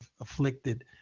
afflicted